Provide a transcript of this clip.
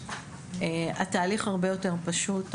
התהליך הרבה יותר פשוט,